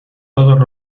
todos